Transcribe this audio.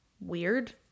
weird